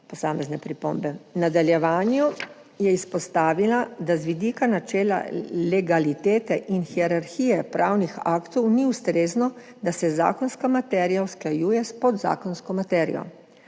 posamezne pripombe. V nadaljevanju je izpostavila, da z vidika načela legalitete in hierarhije pravnih aktov ni ustrezno, da se zakonska materija usklajuje s podzakonsko materijo.